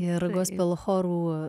ir gospel chorų